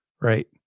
right